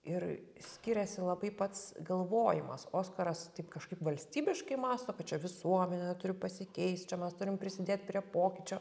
ir skiriasi labai pats galvojimas oskaras taip kažkaip valstybiškai mąsto kad čia visuomenė turi pasikeist čia mes turim prisidėt prie pokyčio